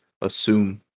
assume